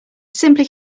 simply